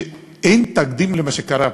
שאין תקדים למה שקרה הפעם.